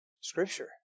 Scripture